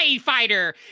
fighter